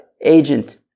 agent